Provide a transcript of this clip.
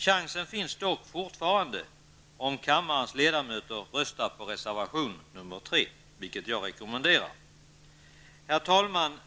Chansen finns dock fortfarande om kammarens ledamöter röstar på reservation 3, vilket jag rekommenderar.